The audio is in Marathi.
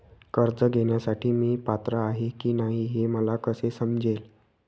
कर्ज घेण्यासाठी मी पात्र आहे की नाही हे मला कसे समजेल?